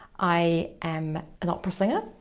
i am an opera singer.